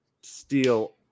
steal